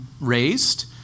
raised